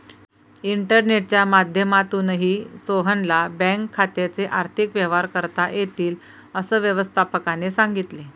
इंटरनेटच्या माध्यमातूनही सोहनला बँक खात्याचे आर्थिक व्यवहार करता येतील, असं व्यवस्थापकाने सांगितले